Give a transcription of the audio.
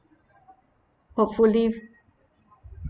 hopefully